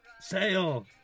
sale